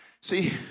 See